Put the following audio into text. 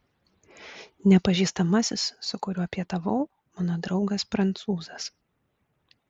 nepažįstamasis su kuriuo pietavau mano draugas prancūzas